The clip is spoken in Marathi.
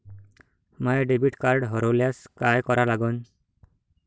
माय डेबिट कार्ड हरोल्यास काय करा लागन?